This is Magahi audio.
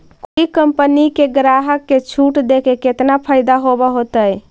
कोई कंपनी के ग्राहक के छूट देके केतना फयदा होब होतई?